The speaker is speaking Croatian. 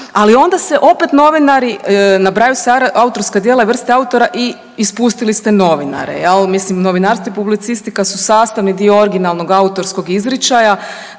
Ali onda se opet novinari nabrajaju autorska djela i vrste autora i ispustili ste novinare. Mislim novinarstvo i publicistika su sastavni dio originalnog autorskog izričaja,